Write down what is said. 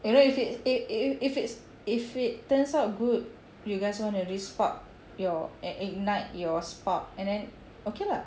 you know if it's a if it's if it turns out good you guys you want to respark your and ignite your spark and then okay lah